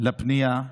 על פנייה.